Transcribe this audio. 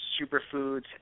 superfoods